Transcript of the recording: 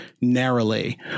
narrowly